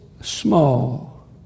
small